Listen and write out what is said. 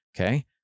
Okay